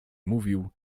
mówił